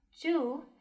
two